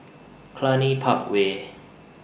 Cluny Park Way